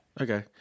Okay